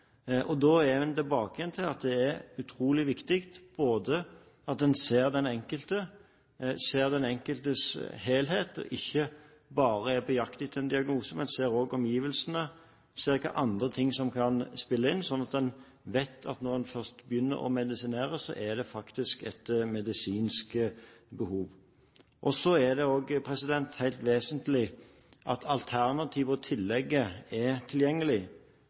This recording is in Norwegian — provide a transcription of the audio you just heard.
er. Da er en tilbake til at det er utrolig viktig at en ser den enkelte, ser den enkeltes helhet, og ikke bare er på jakt etter en diagnose, men også ser omgivelsene, ser hvilke andre ting som kan spille inn, slik at en vet at når en først begynner å medisinere, er det faktisk etter medisinske behov. Så er det også helt vesentlig at alternativ og tillegg er tilgjengelig.